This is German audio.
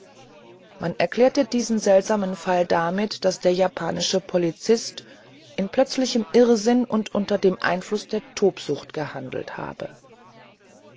man erklärte diesen seltsamen fall damit daß der japanische polizist in plötzlichem irrsinn und unter dem einfluß der tobsucht gehandelt habe